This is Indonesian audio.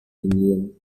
dingin